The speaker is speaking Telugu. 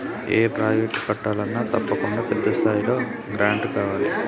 ఏ ప్రాజెక్టు కట్టాలన్నా తప్పకుండా పెద్ద స్థాయిలో గ్రాంటు కావాలి